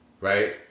right